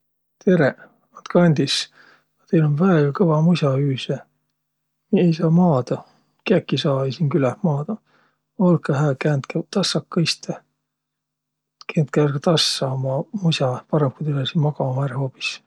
Andkõq andis! Ma jäi kuuholõkilõ noq ildas. Tiiätiq, asi um tuu, et läts' autol nigu üts määnegi, ma ei tiiäq, misasi tuu oll'. Hõ- ruul tull' põhimõttõlidsõlt külest ärq, es saaq inämb käändäq.